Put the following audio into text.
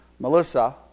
Melissa